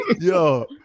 Yo